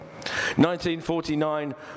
1949